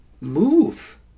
move